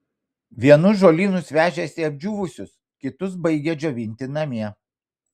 vienus žolynus vežėsi apdžiūvusius kitus baigė džiovinti namie